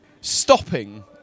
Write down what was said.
stopping